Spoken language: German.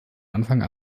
anfang